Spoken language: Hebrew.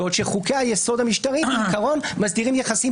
בעוד חוקי היסוד המשטריים מסדירים יחסים